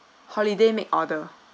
holiday make order